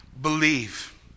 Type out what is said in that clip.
Believe